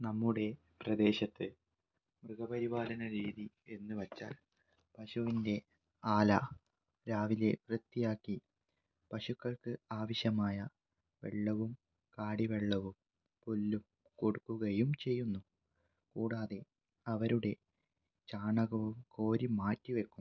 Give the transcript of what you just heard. നമ്മുടെ പ്രദേശത്ത് മൃഗപരിപാലനരീതി എന്ന് വെച്ചാൽ പശുവിൻ്റെ ആല രാവിലെ വൃത്തിയാക്കി പശുക്കൾക്ക് ആവശ്യമായ വെള്ളവും കാടി വെള്ളവും പുല്ലും കൊടുക്കുകയും ചെയ്യുന്നു കൂടാതെ അവരുടെ ചാണകവും കോരി മാറ്റി വയ്ക്കുന്നു